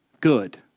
good